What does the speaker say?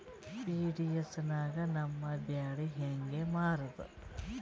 PDS ನಾಗ ನಮ್ಮ ಬ್ಯಾಳಿ ಹೆಂಗ ಮಾರದ?